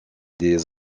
des